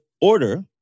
order